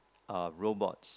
uh robots